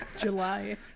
July